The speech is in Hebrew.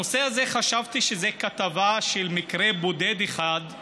הנושא הזה, חשבתי שזו כתבה על מקרה בודד אחד,